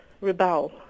rebel